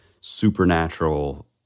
supernatural